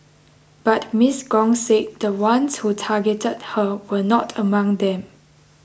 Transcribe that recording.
but Miss Gong said the ones who targeted her were not among them